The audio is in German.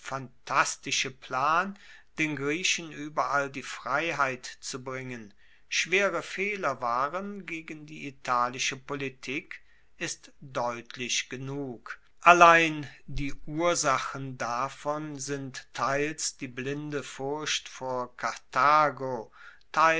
phantastische plan den griechen ueberall die freiheit zu bringen schwere fehler waren gegen die italische politik ist deutlich genug allein die ursachen davon sind teils die blinde furcht vor karthago